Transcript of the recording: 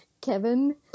Kevin